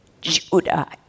Judah